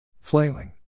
Flailing